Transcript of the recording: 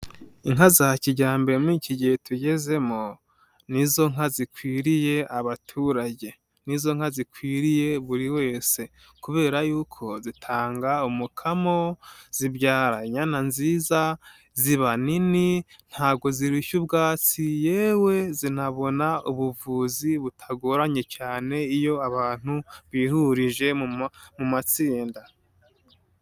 Inka za kijyambere muri iki gihe tugezemo, nizo nka zikwiriye abaturage. Nizo nka zikwiriye buri wese kubera yuko zitanga umukamo, zibyara inyana nziza, ziba nini, ntago zirushya ubwatsi, yewe zinabona ubuvuzi butagoranye cyane iyo abantu bihurije mu matsinda.